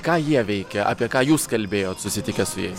ką jie veikia apie ką jūs kalbėjot susitikęs su jais